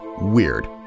Weird